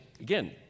Again